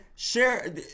Share